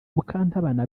mukantabana